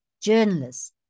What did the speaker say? journalists